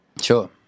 Sure